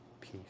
peace